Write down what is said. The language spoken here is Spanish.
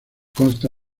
consta